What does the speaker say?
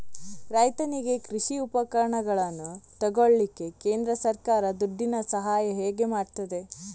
ರೈತನಿಗೆ ಕೃಷಿ ಉಪಕರಣಗಳನ್ನು ತೆಗೊಳ್ಳಿಕ್ಕೆ ಕೇಂದ್ರ ಸರ್ಕಾರ ದುಡ್ಡಿನ ಸಹಾಯ ಹೇಗೆ ಮಾಡ್ತದೆ?